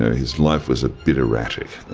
his life was a bit erratic.